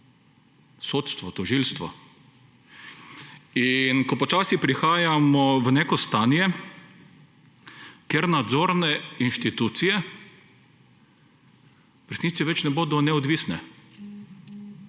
sodstvo, tožilstvo. Ko počasi prihajamo v neko stanje, kjer nadzorne institucije v resnici ne bodo več neodvisne